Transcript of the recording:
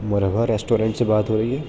مرحبا ریسٹورینٹ سے بات ہو رہی ہے